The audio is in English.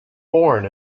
born